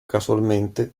casualmente